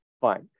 Fine